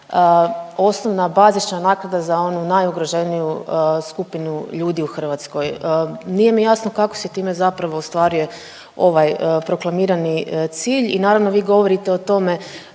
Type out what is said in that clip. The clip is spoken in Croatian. osnovna bazična naknada za onu najugroženiju skupinu ljudi u Hrvatskoj. Nije mi jasno kako se time zapravo ostvaruje ovaj proklamirani cilj i naravno vi govorite o tome